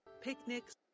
picnics